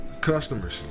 Customers